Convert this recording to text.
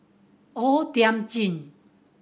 O Thiam Chin